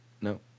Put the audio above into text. No